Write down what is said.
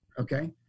okay